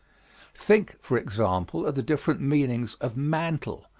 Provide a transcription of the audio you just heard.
think, for example, of the different meanings of mantle,